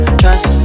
trust